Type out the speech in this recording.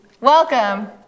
Welcome